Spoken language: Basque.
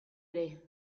ere